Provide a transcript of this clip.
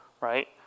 right